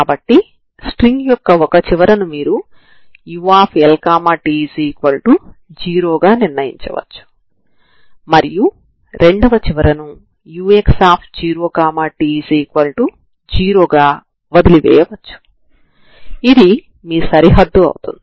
కాబట్టి మీరు బాహ్య శక్తి మరియు ప్రారంభ సమాచారం ux0f utx0g ని వాస్తవ రేఖ మొత్తానికి కలిగి ఉన్నారు